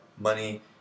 money